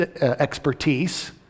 expertise